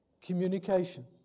communication